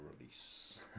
release